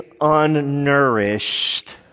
unnourished